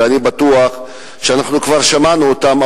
ואני בטוח שאנחנו כבר שמענו אותם,